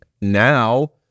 now